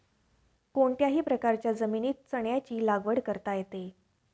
कोणत्याही प्रकारच्या जमिनीत चण्याची लागवड करता येते